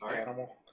animal